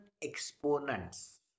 exponents